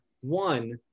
one